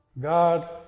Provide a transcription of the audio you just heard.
God